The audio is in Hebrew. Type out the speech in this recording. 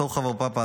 סורחב בר פפא,